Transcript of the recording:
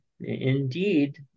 Indeed